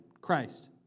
Christ